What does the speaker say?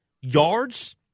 yards